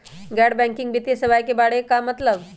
गैर बैंकिंग वित्तीय सेवाए के बारे का मतलब?